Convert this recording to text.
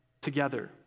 together